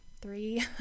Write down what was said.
three